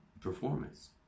performance